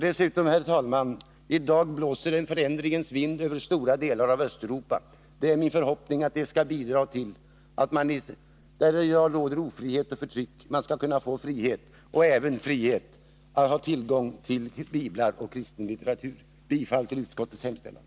Dessutom, herr talman, blåser det i dag en förändringens vind över stora delar av Östeuropa. Det är min förhoppning att det skall bidra till att man där det råder ofrihet och förtryck skall kunna få frihet och då även frihet att ha tillgång till biblar och annan kristen litteratur. Jag yrkar bifall till utskottets hemställan.